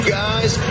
guys